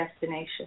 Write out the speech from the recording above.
destination